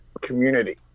community